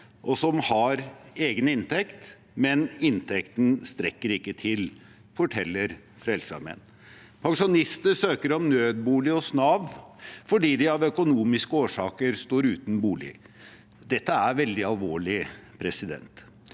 og som har egen inntekt, men inntekten strekker ikke til, forteller Frelsesarmeen. Pensjonister søker om nødbolig hos Nav fordi de av økonomiske årsaker står uten bolig. Dette er veldig alvorlig. Så kan